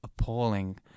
appalling